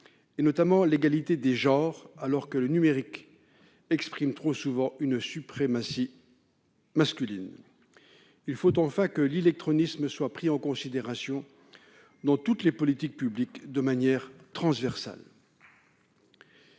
notamment au regard des genres, alors que le numérique exprime trop souvent une suprématie masculine. Il faut enfin que l'illectronisme soit pris en considération dans toutes les politiques publiques de manière transversale.